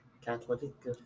catholic